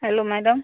hello madam